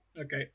Okay